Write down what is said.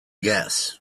guests